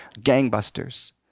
gangbusters